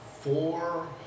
four